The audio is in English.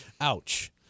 ouch